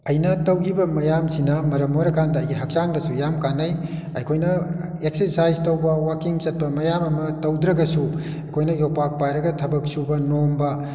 ꯑꯩꯅ ꯇꯧꯈꯤꯕ ꯃꯌꯥꯝꯁꯤꯅ ꯃꯔꯝ ꯑꯣꯏꯔꯀꯥꯟꯗ ꯑꯩꯒꯤ ꯍꯛꯆꯥꯡꯗꯁꯨ ꯌꯥꯝ ꯀꯥꯟꯅꯩ ꯑꯩꯈꯣꯏꯅ ꯑꯦꯛꯁꯔꯁꯥꯏꯖ ꯇꯧꯕ ꯋꯥꯛꯀꯤꯡ ꯆꯠꯄ ꯃꯌꯥꯝ ꯑꯃ ꯇꯧꯗ꯭ꯔꯒꯁꯨ ꯑꯩꯈꯣꯏꯅ ꯌꯣꯄꯥꯛ ꯄꯥꯏꯔꯒ ꯊꯕꯛ ꯁꯨꯕ ꯅꯣꯝꯕ